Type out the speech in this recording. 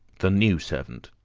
the new servant,